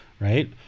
right